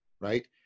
right